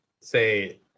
say